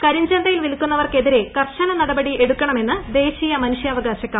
കരിഞ്ചന്തയിൽ വിൽക്കുന്നവർക്കെതിരെ കർശന നടപടി എടുക്കണമെന്ന് ദേശീയ മനുഷ്യാവകാശ കമ്മീഷൻ